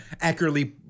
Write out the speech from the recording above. accurately